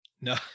No